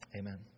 amen